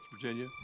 Virginia